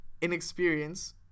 inexperience